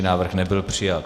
Návrh nebyl přijat.